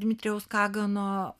dmitrijaus kagano